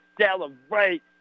celebrate